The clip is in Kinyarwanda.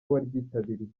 waryitabiriye